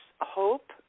hope